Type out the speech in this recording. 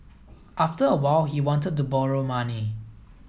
after a while he wanted to borrow money